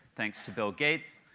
thanks to bill gates,